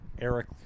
Eric